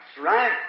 right